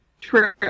True